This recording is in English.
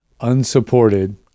unsupported